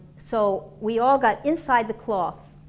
so we all got inside the cloth,